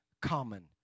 common